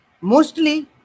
Mostly